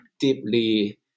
deeply